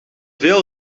veel